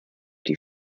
die